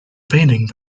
painting